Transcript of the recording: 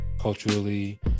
Culturally